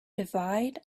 divide